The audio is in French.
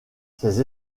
ces